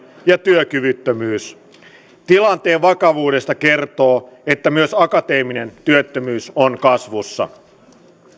ja työkyvyttömyys tilanteen vakavuudesta kertoo että myös akateeminen työttömyys on kasvussa